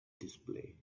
display